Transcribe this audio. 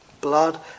blood